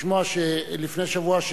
לשמוע שלפני שבוע,